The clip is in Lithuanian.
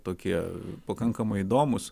tokie pakankamai įdomūs